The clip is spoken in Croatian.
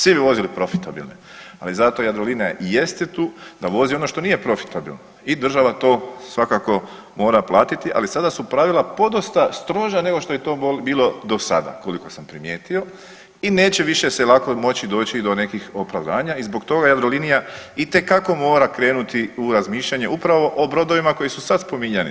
Svi bi vozili profitabilne, ali zato i Jadrolinija i jeste tu da vozi ono što nije profitabilno i država to svakako mora platiti, ali sada su pravila podosta stroža nego što je to bilo do sada koliko sam primijetio i neće više se lako moći doći i do nekih opravdanja i zbog toga Jadrolinija itekako mora krenuti u razmišljanje upravo o brodovima koji su sad spominjani.